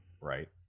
right